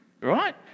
right